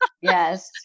Yes